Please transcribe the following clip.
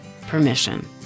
Permission